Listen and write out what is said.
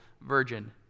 virgin